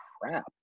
crap